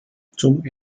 zum